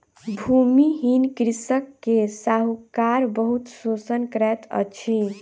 भूमिहीन कृषक के साहूकार बहुत शोषण करैत अछि